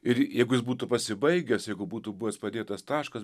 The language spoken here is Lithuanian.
ir jeigu jis būtų pasibaigęs jeigu būtų buvęs padėtas taškas